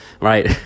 right